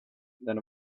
than